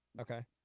okay